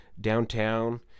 downtown